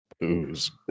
booze